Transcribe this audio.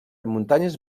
muntanyes